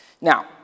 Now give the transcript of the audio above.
Now